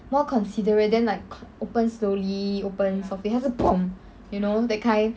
more considerate like open slowly open softly 她是 you know that kind